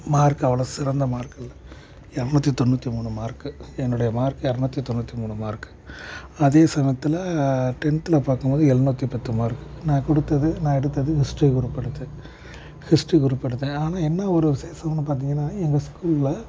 mark அவ்வளோ சிறந்த mark இல்லை இருநூத்தி தொண்ணூற்றி மூணு மார்க்கு என்னுடைய மார்க்கு இருநூத்தி தொண்ணூற்றி மூணு மார்க்கு அதே சமயத்தில் டென்த்தில் பார்க்கும்போது எழுநூத்தி பத்து மார்க் நான் கொடுத்துது நான் எடுத்தது ஹிஸ்ட்ரி குரூப் எடுத்தேன் ஹிஸ்ட்ரி குரூப் எடுத்தேன் ஆனால் என்ன ஒரு விசேஷம்னு பார்த்தீங்கனா எங்கள் ஸ்கூலில்